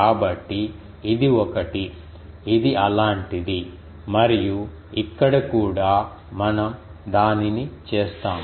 కాబట్టి ఇది ఒకటి ఇది అలాంటిది మరియు ఇక్కడ కూడా మనం దానిని చేస్తాము